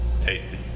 tasty